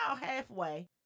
halfway